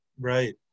right